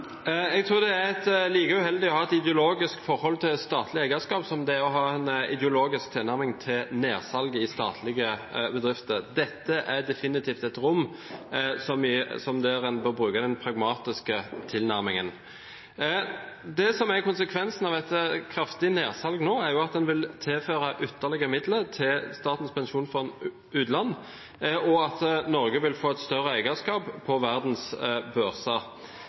like uheldig å ha et ideologisk forhold til statlig eierskap som det er å ha en ideologisk tilnærming til nedsalg i statlige bedrifter. Dette er definitivt et rom der en bør bruke den pragmatiske tilnærmingen. Det som er konsekvensen av et kraftig nedsalg nå, er jo at en vil tilføre ytterligere midler til Statens pensjonsfond utland, og at Norge vil få et større eierskap på verdens børser.